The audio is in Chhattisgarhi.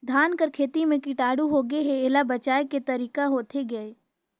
धान कर खेती म कीटाणु होगे हे एला बचाय के तरीका होथे गए?